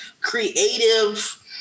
creative